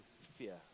fear